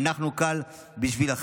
אנחנו כאן בשבילכם,